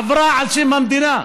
עברה על שם המדינה.